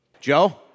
Joe